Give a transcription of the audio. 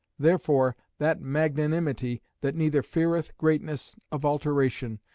therefore that magnanimity that neither feareth greatness of alteration,